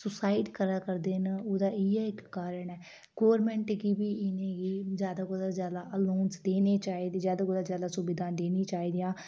suicide करा करदे न ओह्दा इयै इक कारण ऐ गौरमेंट गी बी इनेंगी जादै कोला जादा अलाऊंस देने चाहिदे जादै कोला जादै सुविधां देनी चाहिदियां